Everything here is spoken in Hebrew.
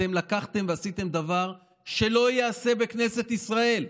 אתם לקחתם ועשיתם דבר שלא ייעשה בכנסת ישראל.